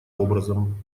образом